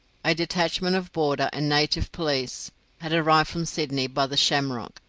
a detachment of border and native police had arrived from sydney by the shamrock,